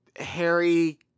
harry